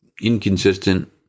inconsistent